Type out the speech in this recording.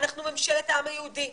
אנחנו ממשלת העם היהודי,